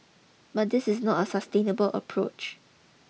but this is not a sustainable approach